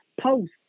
post